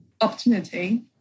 opportunity